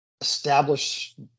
establish